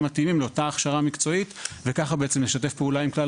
מתאימים לאותה הכשרה מקצועית וככה לשתף פעולה עם כלל